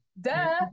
duh